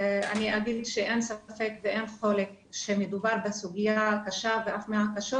אני אגיד שאין ספק ואין חולק שמדובר בסוגיה קשה ואף מהקשות